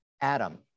Adam